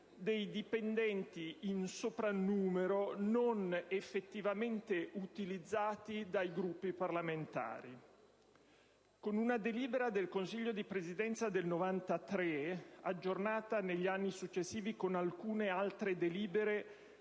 dei dipendenti in soprannumero non effettivamente utilizzati dai Gruppi parlamentari. Con una delibera del Consiglio di Presidenza del 1993, aggiornata negli anni successivi con alcune altre delibere